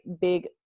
big